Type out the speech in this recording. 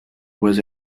was